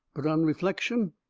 but on reflection,